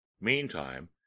Meantime